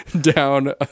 down